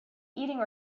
eating